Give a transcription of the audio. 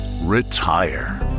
Retire